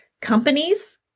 companies